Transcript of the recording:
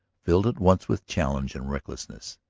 filled at once with challenge and recklessness.